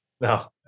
No